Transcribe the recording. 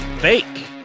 fake